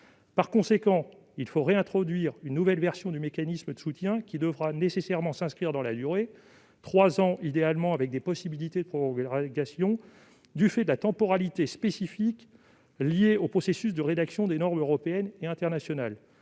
plus fortes. Il faut donc réintroduire une nouvelle version de ce mécanisme de soutien, qui devra nécessairement s'inscrire dans la durée- trois ans, dans l'idéal, avec des possibilités de prolongation -, du fait de la temporalité spécifique liée au processus de rédaction des normes européennes et internationales.